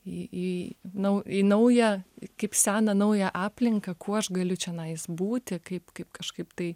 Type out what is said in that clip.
į į nau į naują kaip seną naują aplinką kuo aš galiu čionais būti kaip kaip kažkaip tai